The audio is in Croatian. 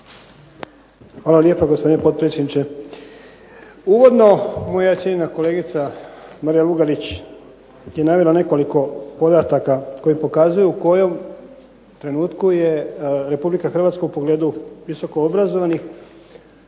Hvala lijepo gospodine potpredsjedniče. Uvodno moja cijenjena kolegica Marija Lugarić je navela nekoliko podataka koji pokazuju u kojem trenutku je Republika Hrvatska u pogledu visoko obrazovanih